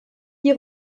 die